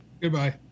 Goodbye